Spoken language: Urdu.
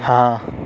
ہاں